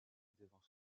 devant